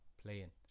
playing